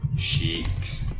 shakes